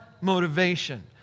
motivation